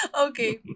Okay